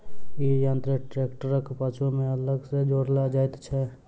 ई यंत्र ट्रेक्टरक पाछू मे अलग सॅ जोड़ल जाइत छै